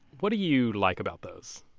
what do you like about those?